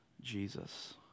Jesus